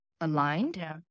aligned